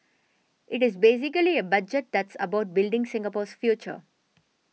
it is basically a budget that's about building Singapore's future